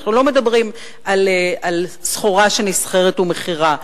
אנחנו לא מדברים על סחורה ומחירה.